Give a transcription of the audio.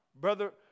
Brother